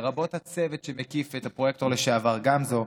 לרבות הצוות שמקיף את הפרויקטור לשעבר גמזו.